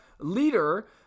leader